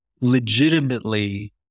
legitimately